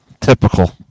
Typical